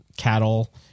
cattle